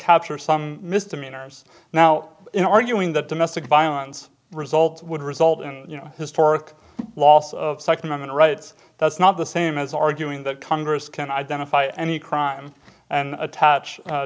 capture some misdemeanors now in arguing that domestic violence results would result in you know historic loss of second amendment rights that's not the same as arguing that congress can identify any crime and attach